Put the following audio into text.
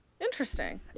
Interesting